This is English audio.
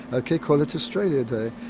ah ok, call it australia day.